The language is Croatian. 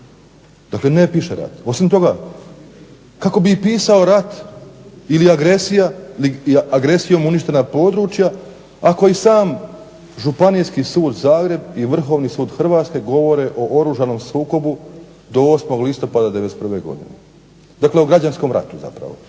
Dakle ne piše rat. Osim toga kako bi i pisao rat ili agresija, agresijom uništena područja, ako i sam Županijski sud Zagreb i Vrhovni sud Hrvatske govore o oružanom sukobu do 8. listopada '91. godine. Dakle o građanskom ratu zapravo.